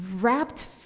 wrapped